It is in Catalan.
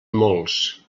molts